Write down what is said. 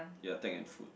ya tech and food